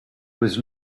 was